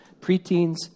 preteens